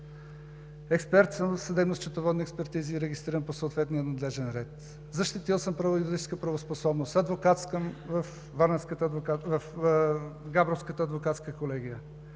експерт съм в съдебно-счетоводни експертизи и регистриран по съответния надлежен ред. Защитил съм право – юридическа правоспособност – адвокатска в Габровската адвокатска колегия.